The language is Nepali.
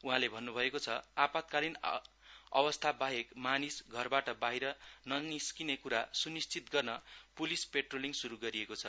उहाँले भन्नुभएको छ आपात्कालिन अवस्था बाहेक मानिस घरबाट बाहिर ननिस्किने कुरा सुनिश्चित गर्न पुलिस पेट्रोलिङ शुरु गरिएको छ